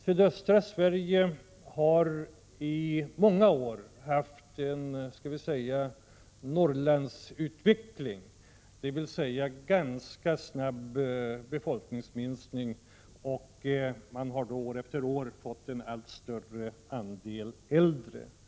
Sydöstra Sverige har i många år haft en ”Norrlandsutveckling”, dvs. en ganska snabb befolkningsminskning och med åren en allt större andel äldre människor.